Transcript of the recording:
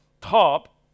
top